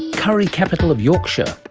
curry capital of yorkshire.